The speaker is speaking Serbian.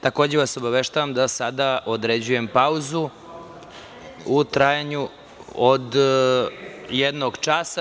Takođe vas obaveštavam da sada određujem pauzu u trajanju od jednog časa.